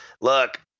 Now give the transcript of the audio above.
Look